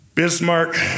Bismarck